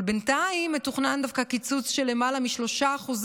אבל בינתיים מתוכנן דווקא קיצוץ של למעלה מ-3%,